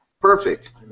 Perfect